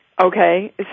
okay